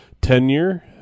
tenure